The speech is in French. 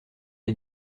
les